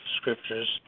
scriptures